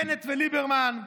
בנט וליברמן,